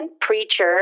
Preacher